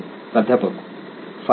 प्राध्यापक फार छान